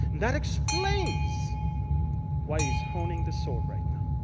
that explains why he's honing the sword right now.